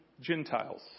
Gentiles